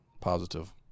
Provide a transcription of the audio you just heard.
Positive